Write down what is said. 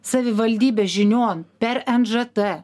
savivaldybės žinion per nžt